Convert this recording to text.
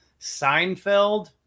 Seinfeld